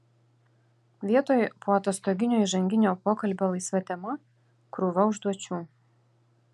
vietoj poatostoginio įžanginio pokalbio laisva tema krūva užduočių